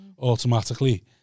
automatically